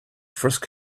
frisk